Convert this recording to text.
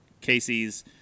Casey's